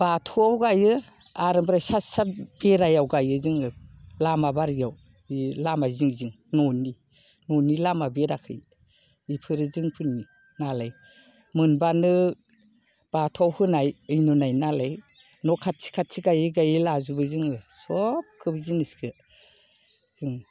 बाथौवाव गाइयो आरो ओमफ्राय सा सात बेरायाव गायो जोङो लामा बारियाव बे लामा जिं जिं न'नि न'नि लामा बेराखै बिफोरो जोंफोरनि नालाय मोनबानो बाथौवाव होनाय नुनाय नालाय न' खाथि खाथि गायै गायै लाजोबो जोङो सबखौ जिनिसखौ जों